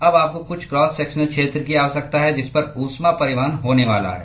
अब आपको कुछ क्रॉस सेक्शनल क्षेत्र की आवश्यकता है जिस पर ऊष्मा परिवहन होने वाला है